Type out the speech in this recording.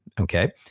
Okay